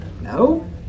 No